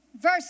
Verse